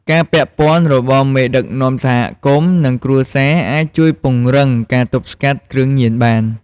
ការពាក់ព័ន្ធរបស់មេដឹកនាំសហគមន៍ និងគ្រួសារអាចជួយពង្រឹងការទប់ស្កាត់ គ្រឿងញៀនបាន។